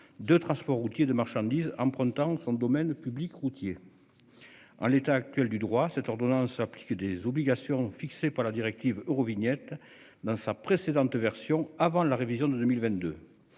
de transport routier de marchandises empruntant son domaine public routier. En l'état actuel du droit, cette ordonnance appliquent des obligations fixées par la directive Eurovignette. Dans sa précédente version avant la révision de 2022.